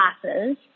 classes